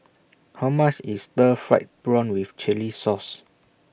How much IS Stir Fried Prawn with Chili Sauce